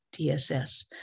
DSS